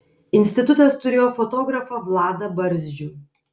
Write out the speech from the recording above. institutas turėjo fotografą vladą barzdžių